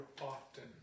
often